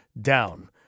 down